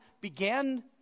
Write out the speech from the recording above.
began